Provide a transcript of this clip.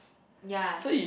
ya